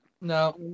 No